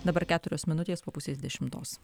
dabar keturios minutės po pusės dešimtos